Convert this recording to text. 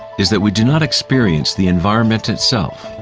is that we do not experience the environment itself,